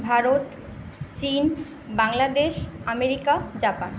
ভারত চিন Bangladesh America Japan